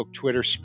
Twitter